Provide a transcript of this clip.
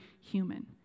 human